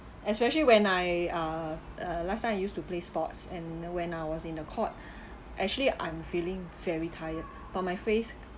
especially when I uh uh last time I used to play sports and when I was in the court actually I'm feeling very tired but my face